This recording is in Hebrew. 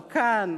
אבל כאן,